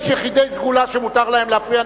יש יחידי סגולה שמותר להם להפריע,